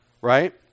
right